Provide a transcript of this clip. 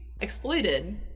exploited